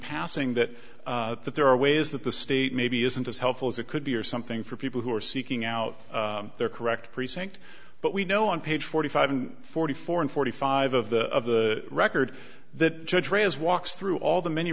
passing that that there are ways that the state maybe isn't as helpful as it could be or something for people who are seeking out their correct precinct but we know on page forty five and forty four and forty five of the record that judge ray has walks through all the many